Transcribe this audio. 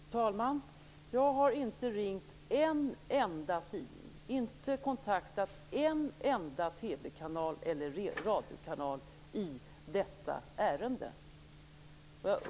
Fru talman! Jag har inte ringt en enda tidning eller kontaktat en enda TV eller radiokanal i detta ärende.